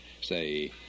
Say